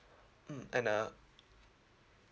mm and uh